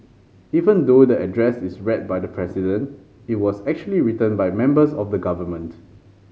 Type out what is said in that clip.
even though the address is read by the president it was actually written by members of the government